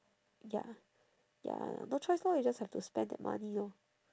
ya ya no choice lor you just have to spend that money lor